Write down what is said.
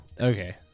okay